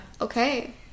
Okay